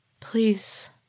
Please